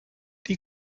die